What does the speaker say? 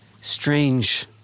strange